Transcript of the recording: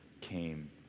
came